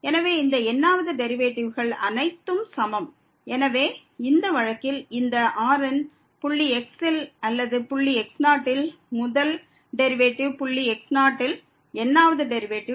எனவே இந்த n வது டெரிவேட்டிவ்கள் அனைத்தும் சமம் எனவே இந்த வழக்கில் இந்த Rn புள்ளி x ல் அல்லது புள்ளி x0 ல் முதல் டெரிவேட்டிவ் புள்ளி x0 யில் n வது டெரிவேட்டிவ்